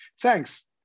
Thanks